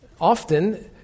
Often